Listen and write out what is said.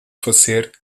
fazer